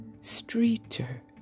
Streeter